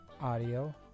Audio